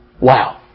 Wow